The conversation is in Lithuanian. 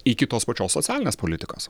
iki tos pačios socialinės politikos